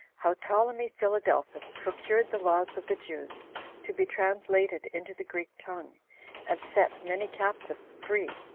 how ptolemy philadelphus procured the laws of the jews to be translated into the greek tongue and set many captives free,